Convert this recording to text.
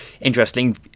Interesting